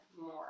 more